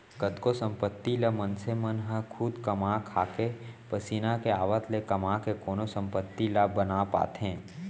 कतको संपत्ति ल मनसे मन ह खुद कमा खाके पसीना के आवत ले कमा के कोनो संपत्ति ला बना पाथे